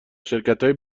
شرکتهای